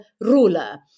ruler